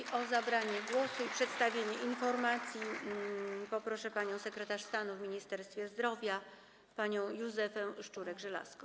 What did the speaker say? I o zabranie głosu i przedstawienie informacji poproszę panią sekretarz stanu w Ministerstwie Zdrowia Józefę Szczurek-Żelazko.